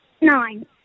nine